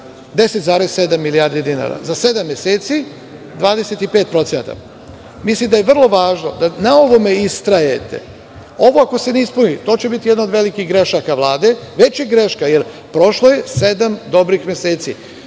10,7 milijardi dinara za sedam meseci 25%. Mislim da je vrlo važno da na ovome istrajete. Ovo ako se ne ispuni to će biti jedna od velikih grešaka Vlade. Već je greška. Prošlo je sedam dobrih meseci.